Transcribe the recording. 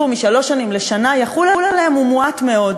משלוש שנים לשנה יחול עליהם הוא מועט מאוד.